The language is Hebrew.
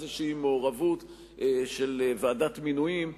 איזו מעורבות של ועדת מינויים,